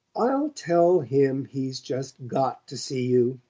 i'll tell him he's just got to see you,